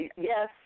Yes